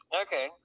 Okay